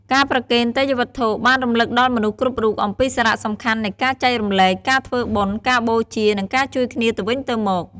ការប្រគេនទេយ្យវត្ថុ បានរំលឹកដល់មនុស្សគ្រប់រូបអំពីសារៈសំខាន់នៃការចែករំលែក ការធ្វើបុណ្យ ការបូជា និងការជួយគ្នាទៅវិញទៅមក។